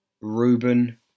Ruben